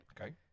Okay